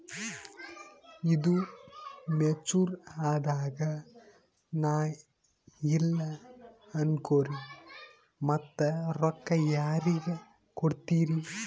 ಈದು ಮೆಚುರ್ ಅದಾಗ ನಾ ಇಲ್ಲ ಅನಕೊರಿ ಮತ್ತ ರೊಕ್ಕ ಯಾರಿಗ ಕೊಡತಿರಿ?